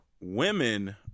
Women